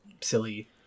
silly